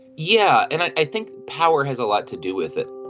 yeah and i think power has a lot to do with it